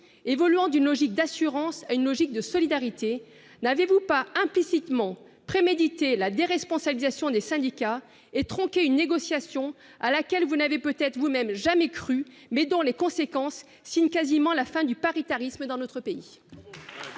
évoluant d'une logique d'assurance à une logique de solidarité, n'avez-vous pas implicitement prémédité la déresponsabilisation des syndicats et tronqué une négociation à laquelle vous n'avez vous-même peut-être jamais cru, signant ainsi la quasi-fin du paritarisme dans notre pays ?